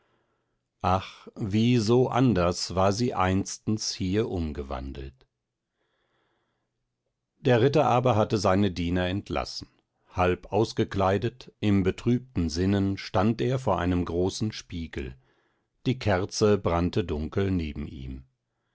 ach wie so anders war sie einstens hier umgewandelt der ritter aber hatte seine diener entlassen halbausgekleidet im betrübten sinnen stand er vor einem großen spiegel die kerze brannte dunkel neben ihm